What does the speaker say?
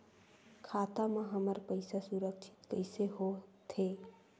खाता मा हमर पईसा सुरक्षित कइसे हो थे?